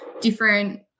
different